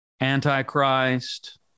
Antichrist